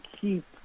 keep